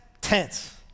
tense